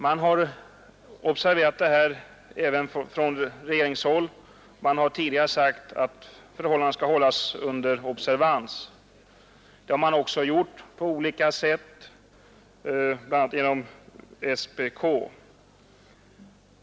Man har observerat detta även från regeringshåll. Man har tidigare sagt att förhållandena skall hållas under observans. Det har man också gjort på olika sätt, bl.a. genom SPK.